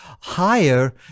higher